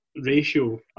ratio